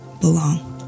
belong